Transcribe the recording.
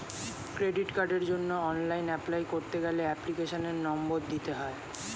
credit কার্ডের জন্য online apply করতে গেলে এপ্লিকেশনের নম্বর দিতে হয়